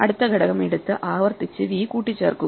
അടുത്ത ഘടകം എടുത്ത് ആവർത്തിച്ച് v കൂട്ടിച്ചേർക്കുക